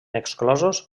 exclosos